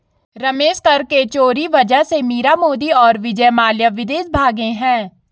रमेश कर के चोरी वजह से मीरा मोदी और विजय माल्या विदेश भागें हैं